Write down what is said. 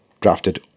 drafted